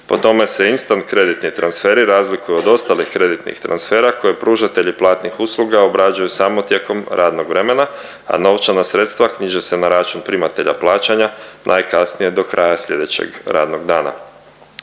Po tome se instant kreditni transferi razlikuju od ostalih kreditnih transfera koje pružatelji platnih usluga obrađuju samo tijekom radnog vremena, a novčana sredstva knjiže se na račun primatelja plaćanja, najkasnije do kraja slijedećeg radnog dana.